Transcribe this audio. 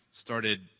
started